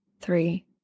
three